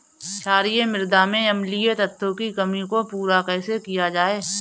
क्षारीए मृदा में अम्लीय तत्वों की कमी को पूरा कैसे किया जाए?